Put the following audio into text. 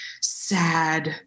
sad